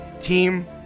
Team